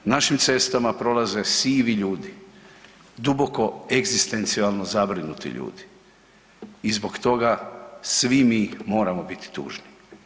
Našim cestama prolaze sivi ljudi, duboko egzistencijalno zabrinuti ljudi i zbog toga svi mi moramo biti tužni.